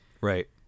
Right